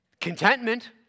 Contentment